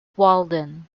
walden